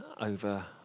over